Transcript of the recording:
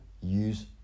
use